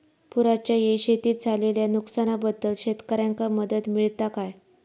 पुराच्यायेळी शेतीत झालेल्या नुकसनाबद्दल शेतकऱ्यांका मदत मिळता काय?